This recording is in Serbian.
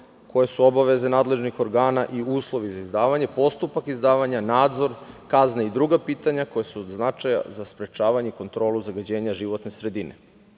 koje su obaveze nadležnih organa i uslovi za izdavanje, postupak izdavanja, nadzor, kazne i druga pitanja koja su od značaja za sprečavanje kontrolu zagađenja životne sredine. Takođe,